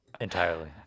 entirely